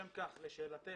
לשם כך, לשאלתך,